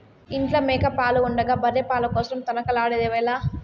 ఇంట్ల మేక పాలు ఉండగా బర్రె పాల కోసరం తనకలాడెదవేల